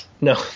No